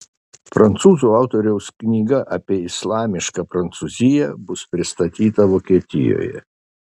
prancūzų autoriaus knyga apie islamišką prancūziją bus pristatyta vokietijoje